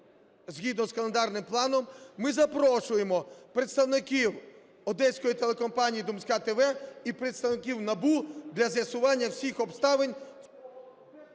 згідно з календарним планом, ми запрошуємо представників Одеської телекомпанії "Думская ТА" і представників НАБУ для з'ясування всіх обставин…